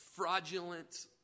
Fraudulent